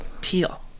teal